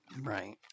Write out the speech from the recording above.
Right